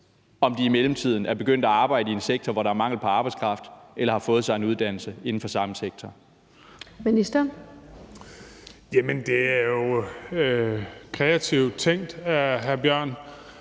om de i mellemtiden er begyndt at arbejde i en sektor, hvor der er mangel på arbejdskraft, eller har fået sig en uddannelse inden for samme sektor. Kl. 19:07 Den fg. formand